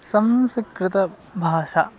संस्कृतभाषा